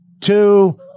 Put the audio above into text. two